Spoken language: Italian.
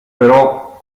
però